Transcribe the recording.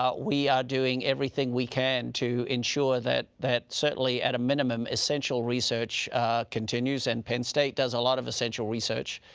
we are doing everything we can to ensure that that certainly at a minimum essential research continues and penn state does a lot of essential research.